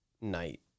Night